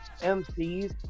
MCs